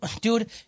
Dude